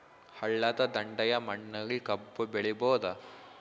ಹಳ್ಳದ ದಂಡೆಯ ಮಣ್ಣಲ್ಲಿ ಕಬ್ಬು ಬೆಳಿಬೋದ?